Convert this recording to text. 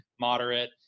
moderate